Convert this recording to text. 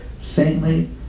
saintly